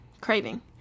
craving